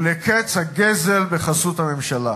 ולקץ הגזל בחסות הממשלה.